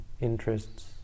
interests